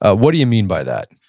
ah what do you mean by that?